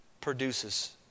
produces